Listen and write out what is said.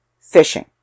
fishing